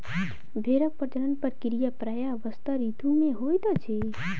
भेड़क प्रजनन प्रक्रिया प्रायः वसंत ऋतू मे होइत अछि